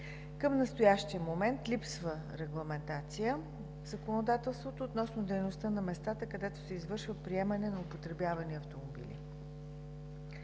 Към настоящия момент липсва регламентация в законодателството относно дейността на местата, където се извършва приемане на употребявани автомобили.